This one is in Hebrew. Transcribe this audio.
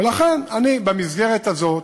ולכן, אני במסגרת הזאת,